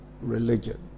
religion